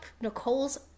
Nicole's